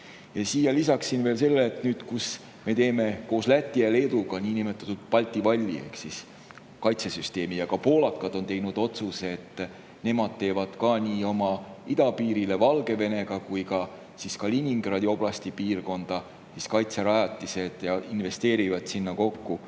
Lisaksin siia veel selle, et nüüd me teeme koos Läti ja Leeduga niinimetatud Balti valli ehk kaitsesüsteemi ja ka poolakad on teinud otsuse, et nemad teevad nii oma idapiirile Valgevenega kui ka Kaliningradi oblasti piirkonda kaitserajatised ja investeerivad sinna kokku